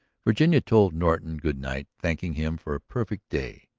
virginia told norton good night, thanking him for a perfect day.